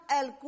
el